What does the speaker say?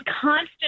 constant